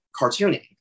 cartooning